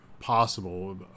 possible